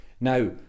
now